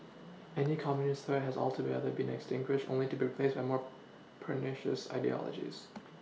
any communist threat has alto be other been extinguished only to be replaced by more pernicious ideologies